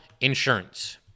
insurance